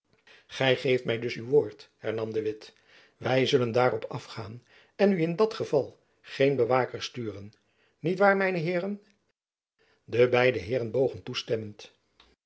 gy geeft my dus uw woord hernam de witt wy zullen daarop afgaan en u in dat geval geen bewaker sturen niet waar mijne heeren de beide heeren bogen toestemmend